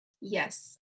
Yes